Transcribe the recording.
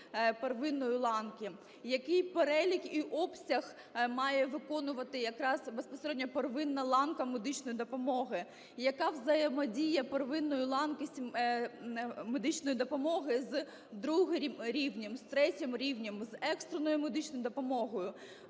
який перелік і обсяг має виконувати якраз безпосередньо первинна ланка медичної допомоги і яка взаємодія первинної ланки медичної допомоги з другим рівнем, з третім рівнем, з екстреною медичною допомогою.